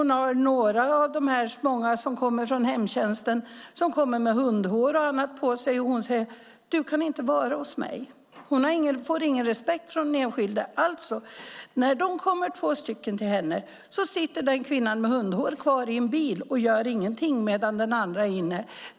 Några av de många personer som kommer från hemtjänsten kommer med hundhår och annat på sig. Hon säger att de inte kan vara hos henne. Men hon får ingen respekt från de enskilda personerna. Det innebär att när det kommer två personer till henne från hemtjänsten sitter kvinnan med hundhår kvar i en bil och gör ingenting medan den andra jobbar.